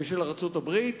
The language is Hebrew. ושל ארצות-הברית